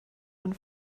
man